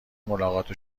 ملاقات